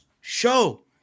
show